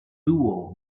duo